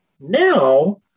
now